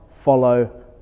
follow